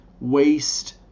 waste